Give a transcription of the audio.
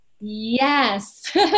Yes